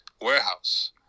warehouse